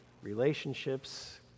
relationships